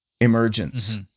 emergence